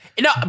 No